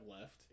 left